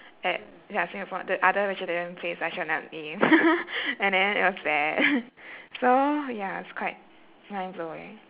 at ya singapore the other vegetarian place I shall not name and then it was bad so ya it's quite mind-blowing